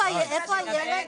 איפה הילד?